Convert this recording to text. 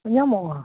ᱧᱟᱢᱚᱜᱼᱟ